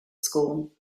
school